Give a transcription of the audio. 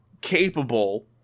capable